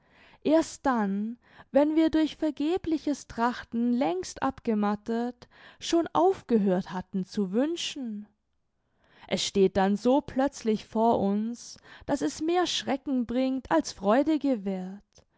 erst dann wenn wir durch vergebliches trachten längst abgemattet schon aufgehört hatten zu wünschen es steht dann so plötzlich vor uns daß es mehr schrecken bringt als freude gewährt